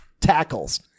tackles